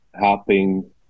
helping